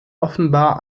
offenbar